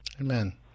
Amen